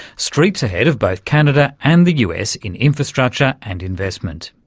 streets ahead of both canada and the us in infrastructure and investment.